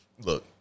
look